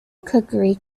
cookery